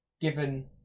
given